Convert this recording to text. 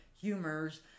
humors